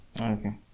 Okay